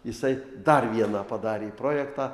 jisai dar vieną padarė projektą